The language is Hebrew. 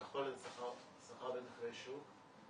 הכחול זה שכר במחירי שוק.